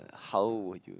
how would you